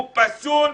הוא פסול,